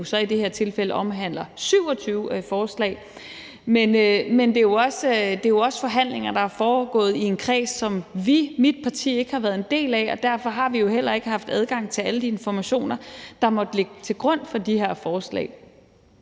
så i det her tilfælde omhandler 27 forslag. Men det er også forhandlinger, der er foregået i en kreds, som vi, mit parti, ikke har været en del af, og derfor har vi jo heller ikke haft adgang til alle de informationer, der måtte ligge til grund for de her forslag.